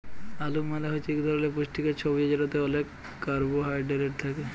আলু মালে হছে ইক ধরলের পুষ্টিকর ছবজি যেটতে অলেক কারবোহায়ডেরেট থ্যাকে